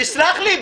תסלח לי.